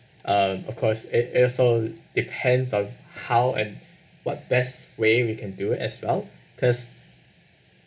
uh of course it also depends on how and what best way we can do as well because